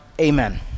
Amen